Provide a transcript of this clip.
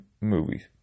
movies